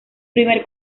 primer